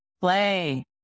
play